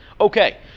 Okay